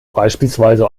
beispielsweise